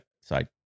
side